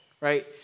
right